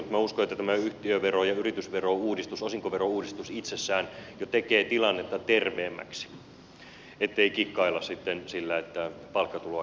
minä uskon että tämä yhtiövero ja yritysverouudistus osinkoverouudistus itsessään jo tekee tilannetta terveemmäksi ettei kikkailla sitten sillä että palkkatuloa käännetään pääomatuloksi